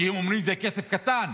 כי אומרים שזה כסף קטן.